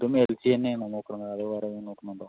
പിന്നെ L G തന്നെ ആണോ നോക്കുന്നത് അതോ വേറെ നോക്കുന്നുണ്ടോ